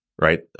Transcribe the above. right